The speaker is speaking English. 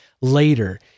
later